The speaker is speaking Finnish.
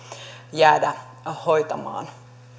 jäädä hoitamaan